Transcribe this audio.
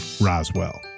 Roswell